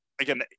again